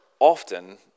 often